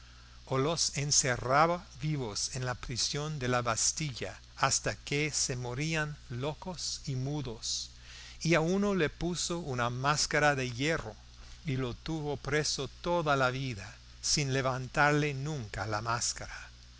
o los encerraba vivos en la prisión de la bastilla hasta que se morían locos y mudos y a uno le puso una mascara de hierro y lo tuvo preso toda la vida sin levantarle nunca la máscara